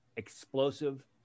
explosive